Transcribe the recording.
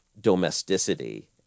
Domesticity